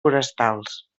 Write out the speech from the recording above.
forestals